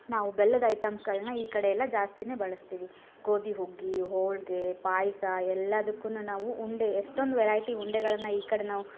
ನಾವು ಬೆಲ್ಲದ ಐಟಮ್ಸ್ಗಳ್ನ ಈ ಕಡೆಯೆಲ್ಲ ಜಾಸ್ತಿನೇ ಬಳಸ್ತೀವಿ ಗೋದಿ ಹುಗ್ಗಿ ಹೋಳಿಗೆ ಪಾಯಸ ಎಲ್ಲದುಕ್ಕುನು ನಾವು ಉಂಡೆ ಎಷ್ಟೊಂದು ವೆರೈಟಿ ಉಂಡೆಗಳನ್ನ ಈ ಕಡೆ ನಾವು